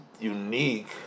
unique